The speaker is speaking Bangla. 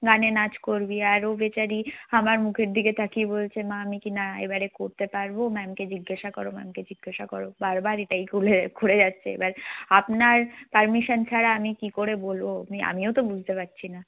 গানে নাচ করবি আর ও বেচারি আমার মুখের দিকে তাকিয়ে বলছে মা আমি কি না এবারে করতে পারব ম্যাম কে জিজ্ঞাসা কর ম্যাম কে জিজ্ঞাসা কর বারবার এটাই কলে করে যাচ্ছে এবার আপনার পার্মিশন ছাড়া আমি কী করে বলব আমি আমিও তো বুঝতে পারছি না